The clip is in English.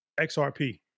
XRP